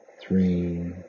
three